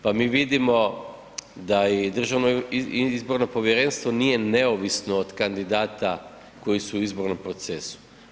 Pa mi vidimo da i Državno izborno povjerenstvo nije neovisno od kandidata koji su u izbornom procesu.